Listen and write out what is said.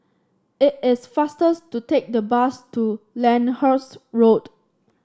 it is faster to take the bus to Lyndhurst Road